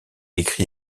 écrit